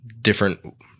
different